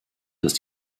dass